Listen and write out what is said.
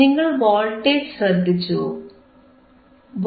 നിങ്ങൾ വോൾട്ടേജ് ശ്രദ്ധിച്ചുവോ